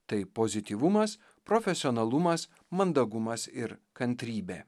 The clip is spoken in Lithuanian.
tai pozityvumas profesionalumas mandagumas ir kantrybė